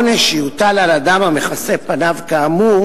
העונש שיוטל על אדם שיכסה את פניו כאמור